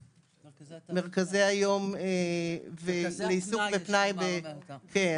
שעסקה במרכזי היום לעיסוק ופנאי לחברים